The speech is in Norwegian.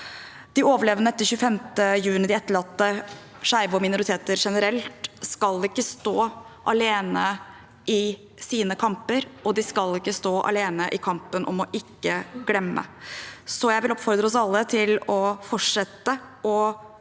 De overlevende etter 25. juni, de etterlatte, skeive og minoriteter generelt skal ikke stå alene i sine kamper, og de skal ikke stå alene i kampen om å ikke glemme. Så jeg vil oppfordre oss alle til å fortsette å